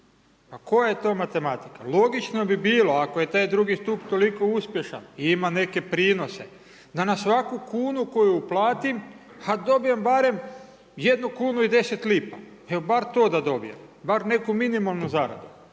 Pa koja je to matematika? Logično bi bilo ako je taj II. stup toliko uspješan i ima neke prinose da na svaku kunu koju uplatim dobijem barem jednu kunu i 10 lipa, evo bar to da dobijem, bar neku minimalnu zaradu.